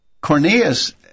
Cornelius